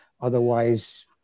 Otherwise